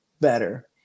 better